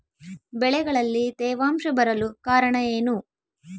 ಬೆಳೆಗಳಲ್ಲಿ ತೇವಾಂಶ ಬರಲು ಕಾರಣ ಏನು?